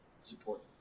support